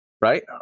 right